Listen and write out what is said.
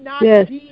yes